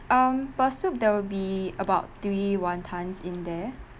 um per soup there will be about three wantons in there